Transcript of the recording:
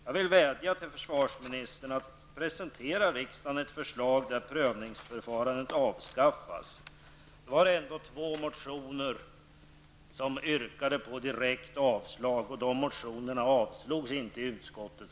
Jag vill vädja till försvarsministern att för riksdagen presentera ett förslag om att avskaffa prövningsförfarandet. Det var ändå två motioner som yrkade på ett direkt avslag, och dessa motioner avstyrktes inte av utskottet.